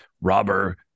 robber